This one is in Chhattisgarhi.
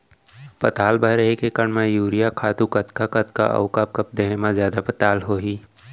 पताल बर एक एकड़ म यूरिया खातू कतका कतका अऊ कब कब देहे म जादा पताल होही?